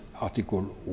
Article